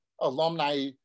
alumni